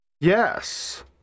Yes